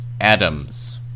Adams